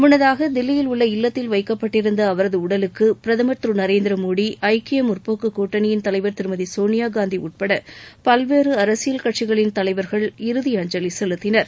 முன்னதாக தில்லியில் உள்ள இல்லத்தில் வைக்கப்பட்டிருந்த அவரது உடலுக்கு பிரதமர் திரு நரேந்திரமோடி ஐக்கிய முற்போக்கு கூட்டணியின் தலைவர் திருமதி சோனியா காந்தி உட்பட பல்வேறு அரசியல் கட்சிகளின் தலைவர்கள் இறுதி அஞ்சலி செலுத்தினர்